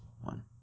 one